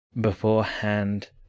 beforehand